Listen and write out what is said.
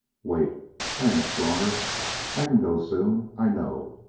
wait i am stronger i can go soon, i know.